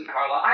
Carla